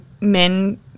men